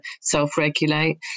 self-regulate